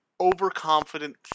overconfident